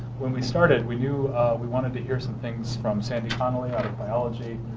when we started we knew we wanted to hear some things from sandy connelly out of biology,